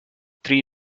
three